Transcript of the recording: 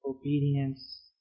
obedience